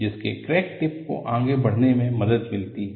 जिससे crack tip को आगे बढ़ने में मदद मिलती है